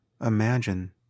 imagine